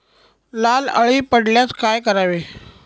लाल अळी पडल्यास काय करावे?